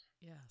Yes